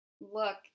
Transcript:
look